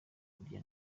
kurya